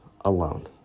alone